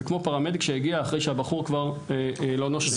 זה כמו פרמדיק שהגיע אחרי שהבחור כבר לא נושם.